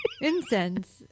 Incense